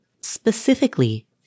Specifically